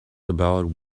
about